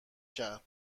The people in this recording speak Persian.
کرد